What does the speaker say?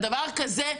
על דבר כזה.